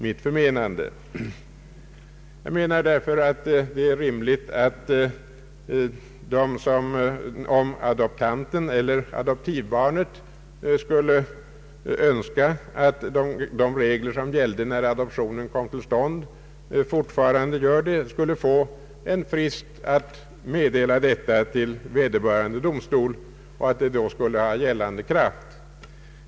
Det är därför rimligt att de adoptanter eller adoptivbarn som skulle önska att de regler, vilka gällde när adoptionen kom till stånd, fortfarande skall gälla, får en frist att meddela detta till vederbörande domstol, och att en sådan önskan då skulle få gällande kraft.